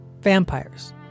Vampires